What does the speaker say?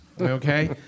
Okay